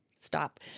Stop